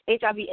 HIV